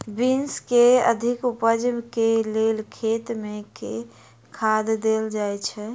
Beans केँ अधिक उपज केँ लेल खेत मे केँ खाद देल जाए छैय?